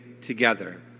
together